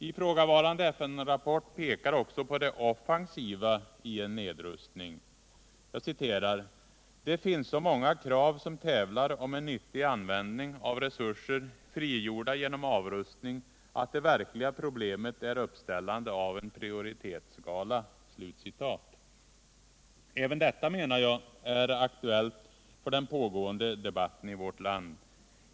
Ifrågavarande FN-rapport pekar också på det offensiva i en nedrustning: ”Det finns så många krav som tävlar om en nyttig användning av resurser frigjorda genom avrustningar att det verkliga problemet är uppställandet av en prioritetsskala.” Även detta menar jag är aktuellt för den pågående debatten i vårt land.